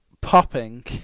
popping